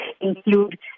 include